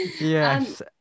yes